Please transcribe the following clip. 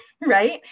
right